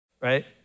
right